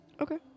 Okay